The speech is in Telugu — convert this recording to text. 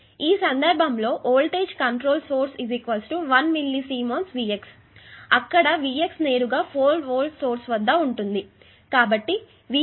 ఈ సందర్భంలో ఈ voltage control source 1 millisiemens Vx అక్కడ Vx నేరుగా 4V సోర్స్ వద్ద ఉంటుంది కాబట్టి Vx4V అని వ్రాస్తాము